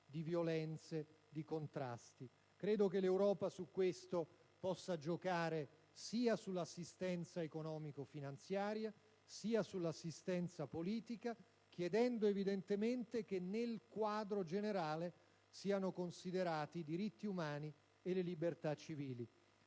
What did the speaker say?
di violenze e di contrasti. Credo che al riguardo l'Europa possa giocare sia sull'assistenza economico-finanziaria sia sull'assistenza politica, chiedendo evidentemente che nel quadro generale siano considerati i diritti umani e le libertà civili.